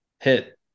hit